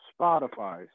Spotify